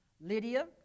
Lydia